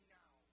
now